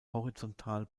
horizontal